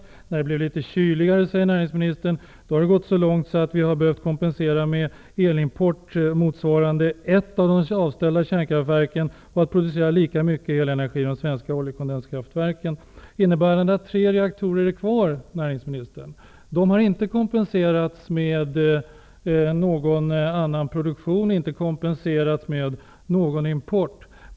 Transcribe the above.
Efter det att det blev litet kyligare, som näringsministern säger, har det gått så långt att vi behövt kompensera med elimport motsvarande ett av de avställda kärnkraftverken och producera lika mycket elenergi i de svenska oljekondenskraftverken. Det innebär att tre reaktorer är kvar, näringsministern! De har inte kompenserats med någon annan produktion och inte heller med någon import.